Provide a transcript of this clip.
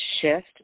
shift